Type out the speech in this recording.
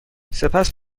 سپس